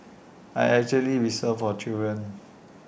I actually whistle for children